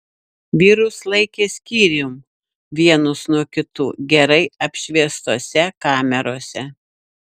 vyrus laikė skyrium vienus nuo kitų gerai apšviestose kamerose